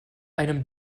einem